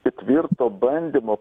ketvirto bandymo